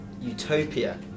utopia